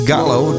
Gallo